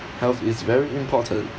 health is very important